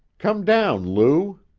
come down, lou.